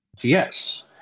Yes